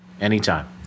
Anytime